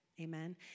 Amen